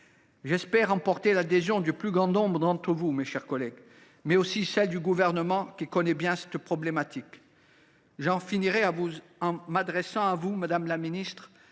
J’espère emporter l’adhésion du plus grand nombre d’entre vous, mes chers collègues, mais aussi celle du Gouvernement, qui connaît bien cette problématique. Je finirai en m’adressant à vous, madame la secrétaire